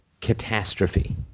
catastrophe